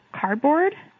cardboard